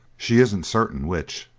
she isn't certain which.